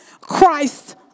Christ